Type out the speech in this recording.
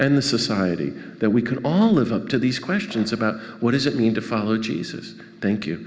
and the society that we can all live up to these questions about what does it mean to follow jesus thank you